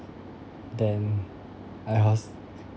then I was